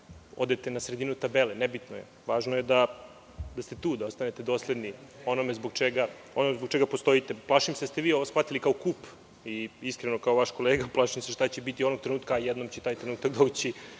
odete na sredinu tabele, važno je da ste tu, da ostajete dosledni onome zbog čega postojite. Plašim da ste vi ovo shvatili kao kup i iskreno, kao vaš kolega, plašim se šta će biti onog trenutka, a jednom će taj trenutak doći,